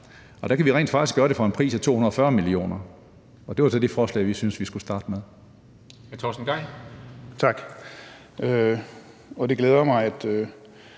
Og der kan vi rent faktisk gøre det for en pris på 240 mio. kr., og det var så det forslag, vi syntes vi skulle starte med.